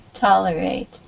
tolerate